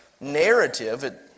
narrative